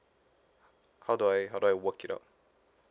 how do I how do I work it out